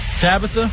Tabitha